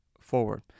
forward